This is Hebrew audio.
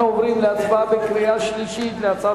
אנחנו עוברים להצבעה בקריאה שלישית על הצעת